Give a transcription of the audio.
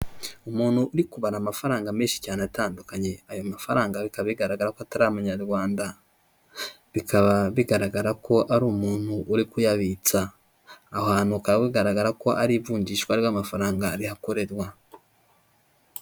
Umuntu uri kubara amafaranga menshi cyane atandukanye, ayo mafaranga bikaba bigaragara ko atari amanyarwanda, bikaba bigaragara ko ari umuntu uri kuyabitsa ahantu, bikaba bigaragara ko ari ivunjishwa ry'amafaranga rihakorerwa.